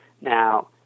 Now